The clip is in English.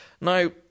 Now